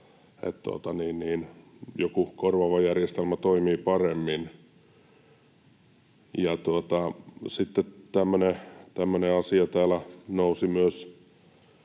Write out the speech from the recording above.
joku korvaava järjestelmä toimii paremmin. Sitten tämmöinen asia täällä nousi myös